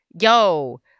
Yo